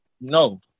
No